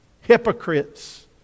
hypocrites